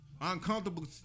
uncomfortable